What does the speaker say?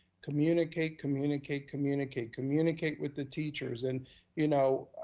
communicate, communicate, communicate. communicate with the teachers, and you know,